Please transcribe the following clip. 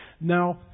Now